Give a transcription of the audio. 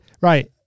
Right